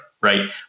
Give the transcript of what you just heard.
Right